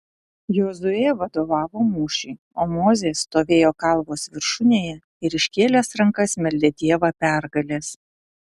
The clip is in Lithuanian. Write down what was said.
jozuė vadovavo mūšiui o mozė stovėjo kalvos viršūnėje ir iškėlęs rankas meldė dievą pergalės